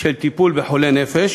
של טיפול בחולי נפש